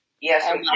Yes